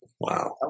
Wow